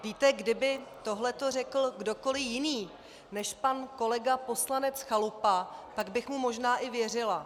Víte, kdyby tohleto řekl kdokoli jiný než pan kolega poslanec Chalupa, tak bych mu možná i věřila.